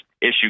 issue